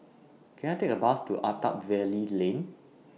Can I Take A Bus to Attap Valley Lane